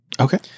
Okay